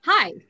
Hi